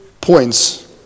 points